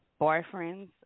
boyfriends